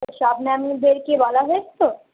সব ম্যামদেরকে বলা হয়েছে তো